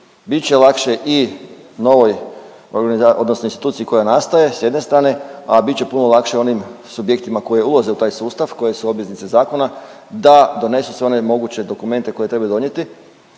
Bit će lakše i novoj, odnosno instituciji koja nastaje, s jedne strane, a bit će puno lakše onim subjektima koji ulaze u taj sustav, koje su obveznice zakona, da donesu sve one moguće dokumente koje trebaju donijeti